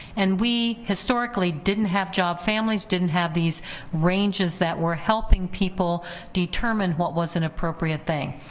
and we, historically, didn't have job families, didn't have these ranges that were helping people determine what was an appropriate thing.